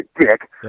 dick